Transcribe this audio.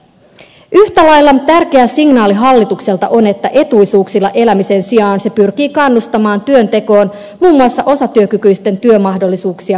yhtä lailla tärkeä signaali hallitukselta on että etuisuuksilla elämisen sijaan se pyrkii kannustamaan työntekoon muun muassa osatyökykyisten työmahdollisuuksia parantamalla